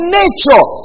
nature